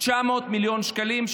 900 מיליון שקלים.